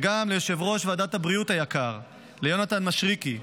וגם ליושב-ראש ועדת הבריאות היקר יונתן מישרקי,